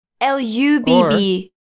L-U-B-B